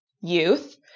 youth